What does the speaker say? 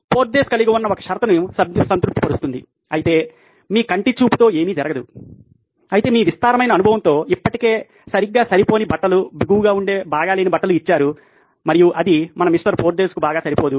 Porthos కలిగి ఉన్న ఒక షరతును సంతృప్తి పరుస్తుంది అయితే మీ కంటిచూపుతో ఏమి జరగదు అయితే మీ విస్తారమైన అనుభవంతో ఇప్పటికే సరిగ్గా సరిపోని బట్టలు బిగువుగా వుండే బాగాలేని బట్టలు ఇచ్చారు మరియు అది మన మిస్టర్ పోర్థోస్ కు బాగా సరిపోదు